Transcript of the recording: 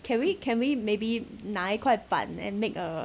can we can we maybe 拿一块版 and make a